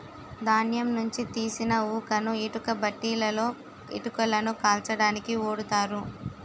ధాన్యం నుంచి తీసిన ఊకను ఇటుక బట్టీలలో ఇటుకలను కాల్చడానికి ఓడుతారు